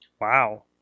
Wow